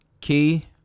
key